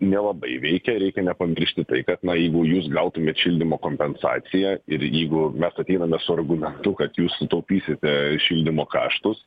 nelabai veikia reikia nepamiršti tai kad na jeigu jūs gautumėt šildymo kompensaciją ir jeigu mes ateiname su argumentu kad jūs sutaupysite šildymo kaštus